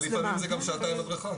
אבל לפעמים זה גם שעתיים הדרכה.